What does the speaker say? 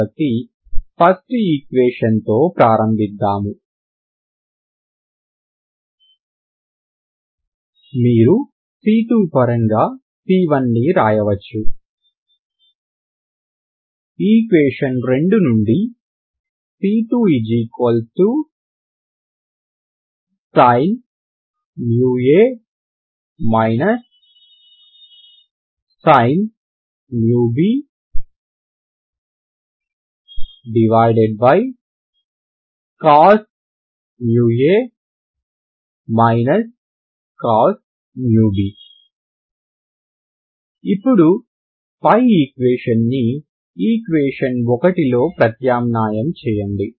కాబట్టి 1st equation తో ప్రారంభిద్దాం మీరు c2 పరంగా c1 ని వ్రాయవచ్చు ఈక్వేషన్ నుంచి c2c1sin μa sin⁡μbcos μa cos⁡μb ఇప్పుడు పై ఈక్వేషన్ ని ఈక్వేషన్ లో ప్రత్యామ్నాయం చేయండి